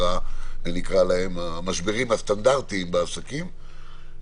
המשברים הסטנדרטיים בעסקים,